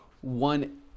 one